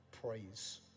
praise